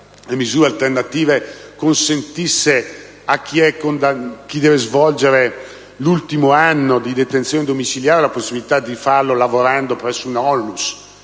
le misure alternative, consentisse a chi deve scontare l'ultimo anno di detenzione domiciliare la possibilità di farlo lavorando presso una ONLUS.